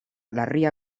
larria